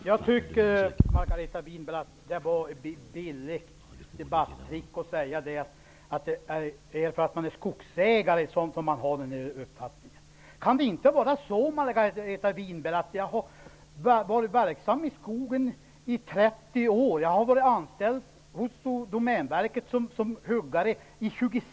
Herr talman! Jag tycker att det var ett billigt debattrick att säga att det är för att man är skogsägare som man har en viss uppfattning, Margareta Winberg. Jag har varit verksam i skogen i 30 år. Jag har varit anställd hos Domänverket som huggare i 26 år.